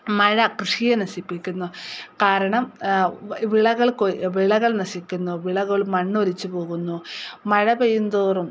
മഴ കൃഷിയെ നശിപ്പിക്കുന്നു കാരണം വിളകൾ വിളകൾ നശിക്കുന്നു വിളകൾ മണ്ണൊലിച്ചു പോകുന്നു മഴ പെയ്യുംതോറും